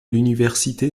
l’université